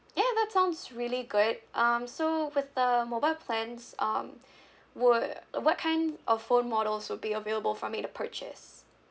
ya that sounds really good um so with the mobile plans um would what kind of phone models would be available for me to purchase